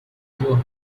holborn